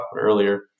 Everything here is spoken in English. earlier